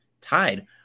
tied